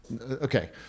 okay